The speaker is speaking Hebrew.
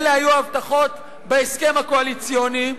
אלה היו הבטחות בהסכם הקואליציוני.